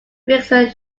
gregson